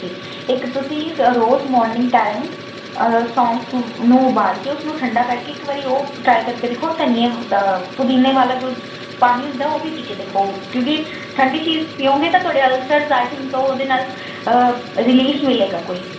ਕੇ ਇੱਕ ਤੁਸੀ ਰੋਜ਼ ਮੋਰਨਿੰਗ ਟਾਈਮ ਸੌਂਫ ਨੂੰ ਉਬਾਲ ਕੇ ਉਸ ਨੂੰ ਠੰਡਾ ਕਰਕੇ ਇੱਕ ਵਾਰੀ ਉਹ ਟਰਾਈ ਕਰਕੇ ਦੇਖੋ ਧਨੀਆ ਦਾ ਪੁਦੀਨੇ ਵਾਲਾ ਜੋ ਪਾਣੀ ਹੁੰਦਾ ਉਹ ਵੀ ਪੀ ਕੇ ਦੇਖੋ ਕਿਉਂਕਿ ਠੰਢੀ ਚੀਜ਼ ਪੀਓਗੇ ਤਾਂ ਤੁਹਾਡੇ ਅਲਸਰ ਡਾਈਟਿੰਗ ਉਹਦੇ ਨਾਲ ਰਲੀਫ ਮਿਲੇਗਾ ਕੋਈ